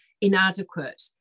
inadequate